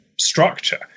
structure